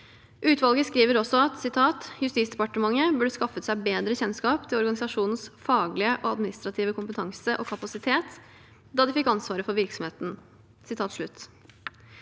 Utvalget skriver også at: «(…) JD burde skaffet seg bedre kjennskap til organisasjonens faglige og administrative kompetanse og kapasitet da de fikk ansvaret for virksomheten.»